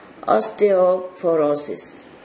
osteoporosis